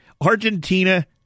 Argentina